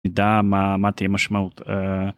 דע מה מה תהיה משמעות...